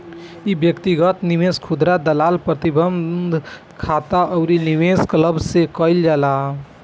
इ व्यक्तिगत निवेश, खुदरा दलाल, प्रतिबंधित खाता अउरी निवेश क्लब से कईल जाला